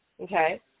Okay